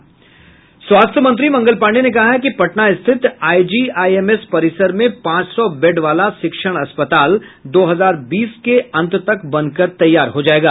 स्वास्थ्य मंत्री मंगल पांडेय ने कहा है कि पटना स्थित I G I M S परिसर में पांच सौ बेड वाला शिक्षण अस्पताल दो हजार बीस के अंत तक बनकर तैयार हो जायेगा